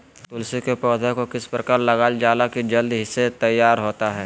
तुलसी के पौधा को किस प्रकार लगालजाला की जल्द से तैयार होता है?